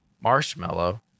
Marshmallow